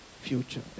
future